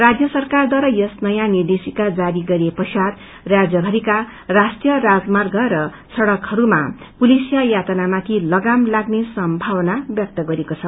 राजय सरकारद्वारा यस नयाँ निर्देशिका जारी गरिएप्श्चात राज्यमरिका राष्ट्रियराजमार्ग सङ्कहरूमा पुलिसिया यातनामाथि लागाम ालाग्ने सम्भावना व्यक्त गरिएको छ